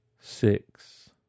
six